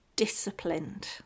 disciplined